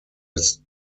his